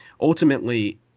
ultimately